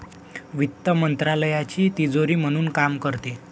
वित्त मंत्रालयाची तिजोरी म्हणून काम करते